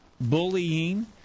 bullying